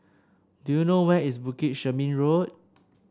do you know where is Bukit Chermin Road